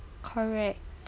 correct